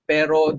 Pero